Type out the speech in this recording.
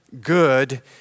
good